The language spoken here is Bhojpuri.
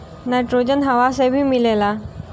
नाइट्रोजन हवा से भी मिलेला